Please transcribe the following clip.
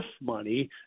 money